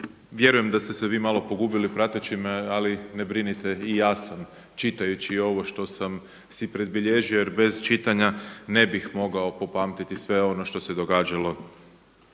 Vjerujem da ste se vi malo pogubili prateći me, ali ne brinite i ja sam čitajući ovo što sam si predbilježio jer bez čitanja ne bih mogao popamtiti sve ono što se događalo